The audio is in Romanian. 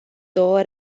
două